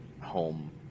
home